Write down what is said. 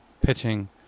pitching